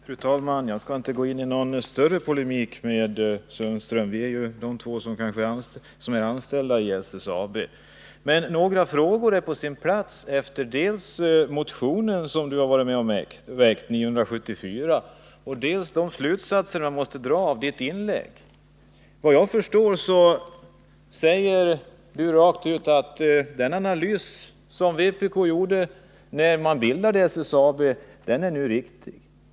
Fru talman! Jag skall inte gå in i någon större polemik mot Sten-Ove Sundström. Vi är ju de två ledamöter som är anställda i SSAB. Men några frågor är på sin plats på grund av dels motionen, nr 974, som Sten-Ove Sundström har varit med och väckt, dels de slutsatser man måste dra av Sten-Ove Sundströms inlägg. Såvitt jag förstår säger Sten-Ove Sundström rakt ut att den analys som vpk gjorde när SSAB bildades är riktig.